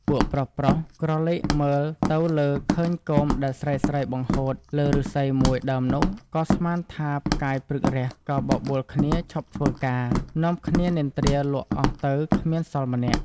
ពួកប្រុសៗក្រឡកមើលទៅលើឃើញគោមដែលស្រីៗបង្ហូតលើឬស្សីមួយដើមនោះ ក៏ស្មានថាផ្កាយព្រឹករះក៏បបួលគ្នាឈប់ធ្វើការ នាំគ្នានិន្រ្ទាលក់អស់ទៅគ្មានសល់ម្នាក់។